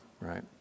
right